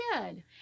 good